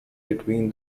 between